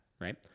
right